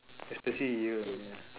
especially you ya